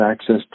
access